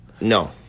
No